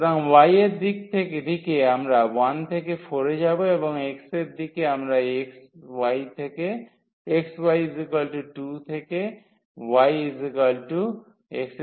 সুতরাং y এর দিকে আমরা 1 থেকে 4 এ যাব এবং x এর দিকে আমরা এই xy2 থেকে yx24 পর্যন্ত হবে